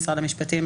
משרד המשפטים?